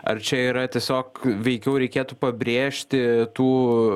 ar čia yra tiesiog veikiau reikėtų pabrėžti tų